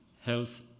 health